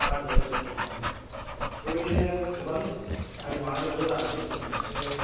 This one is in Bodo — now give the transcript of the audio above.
बा आदिबासिफोर दङ बेबायदिनो गोबां हारि माहारि ज' जानानै जोङो मोनसे